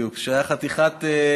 רישוי עסקים, בדיוק, שהיה חתיכת אירוע.